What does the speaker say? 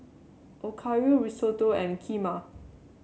Okayu Risotto and Kheema